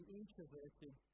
introverted